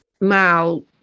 Mao